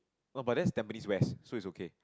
oh but that's Tampines West so it's okay